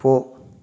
போ